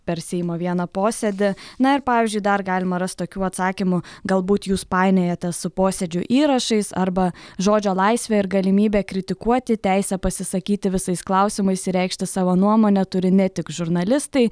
per seimo vieną posėdį na ir pavyzdžiui dar galima rast tokių atsakymų galbūt jūs painiojate su posėdžių įrašais arba žodžio laisvę ir galimybę kritikuoti teisę pasisakyti visais klausimais ir reikšti savo nuomonę turi ne tik žurnalistai